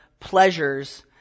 pleasures